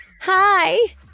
Hi